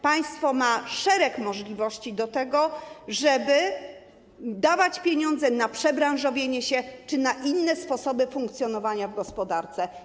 Państwo ma szereg możliwości, żeby dawać pieniądze na przebranżowienie się czy na inne sposoby funkcjonowania w gospodarce.